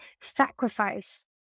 sacrifice